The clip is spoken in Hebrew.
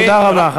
תודה רבה.